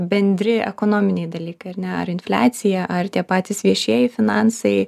bendri ekonominiai dalykai ar ne ar infliacija ar tie patys viešieji finansai